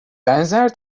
benzer